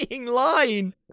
line